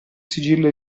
sigillo